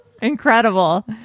Incredible